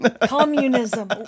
Communism